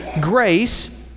grace